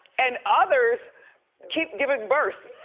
and others keep giving birth.